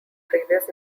previous